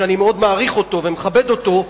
שאני מאוד מעריך אותו ומכבד אותו,